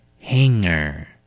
Hanger